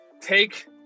take